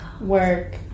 work